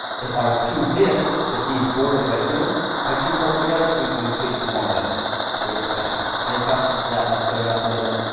if our two divs, if these borders right here are too close together, we could increase the margin to expand that. any questions? did that help clear it up a little bit?